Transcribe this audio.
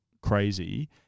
crazy